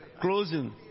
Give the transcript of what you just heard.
closing